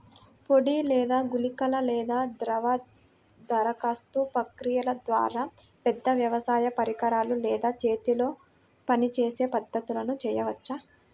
పొడి లేదా గుళికల లేదా ద్రవ దరఖాస్తు ప్రక్రియల ద్వారా, పెద్ద వ్యవసాయ పరికరాలు లేదా చేతితో పనిచేసే పద్ధతులను చేయవచ్చా?